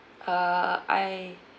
err I